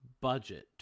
budget